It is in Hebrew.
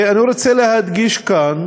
אני רוצה להדגיש כאן